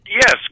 Yes